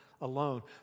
alone